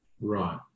Right